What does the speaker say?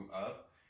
up